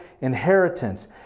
inheritance